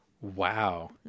Wow